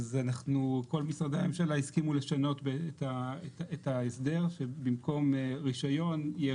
כל משרדי הממשלה הסכימו לשנות את ההסדר שבמקום רישיון יהיה